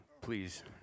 please